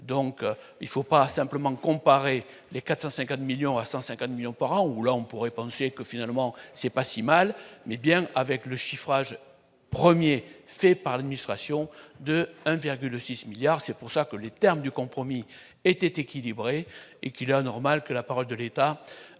donc il faut pas simplement comparer les 450 millions à 150 millions par an où là, on pourrait penser que finalement c'est pas si mal mais bien avec le chiffrage 1er c'est par lustration de 1,6 milliard, c'est pour ça que les termes du compromis était équilibré et qu'il est anormal que la parole de l'État